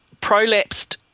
prolapsed